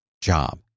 job